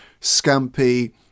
scampi